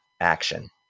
action